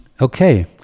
Okay